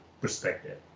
perspective